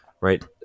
right